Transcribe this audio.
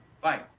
bye